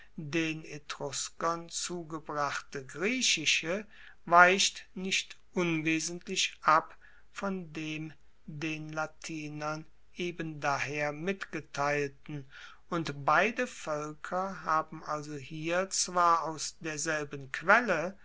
den etruskern zugebrachte griechische weicht nicht unwesentlich ab von dem den latinern ebendaher mitgeteilten und beide voelker haben also hier zwar aus derselben quelle